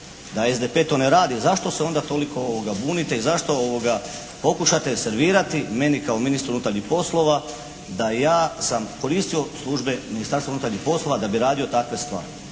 da SDP to ne radi, zašto se onda toliko bunite i zašto pokušate servirati meni kao ministru unutarnjih poslova da ja sam koristio službe Ministarstva unutarnjih poslova da bi radio takve stvari.